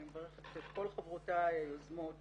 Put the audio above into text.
אני מברכת את כל חברותיי היוזמות והמצטרפות,